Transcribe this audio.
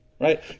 right